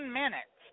minutes